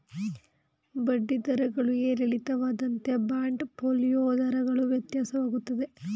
ಬಡ್ಡಿ ದರಗಳು ಏರಿಳಿತವಾದಂತೆ ಬಾಂಡ್ ಫೋಲಿಯೋ ದರಗಳು ವ್ಯತ್ಯಾಸವಾಗುತ್ತದೆ